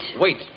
Wait